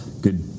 good